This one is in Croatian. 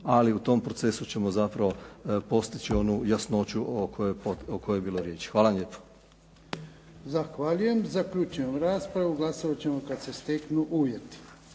ali u tom procesu ćemo zapravo postići onu jasnoću o kojoj je bilo riječi. Hvala vam lijepo. **Jarnjak, Ivan (HDZ)** Zahvaljujem. Zaključujem raspravu. Glasovati ćemo kada se steknu uvjeti.